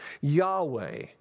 Yahweh